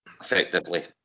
effectively